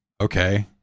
okay